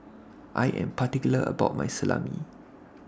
I Am particular about My Salami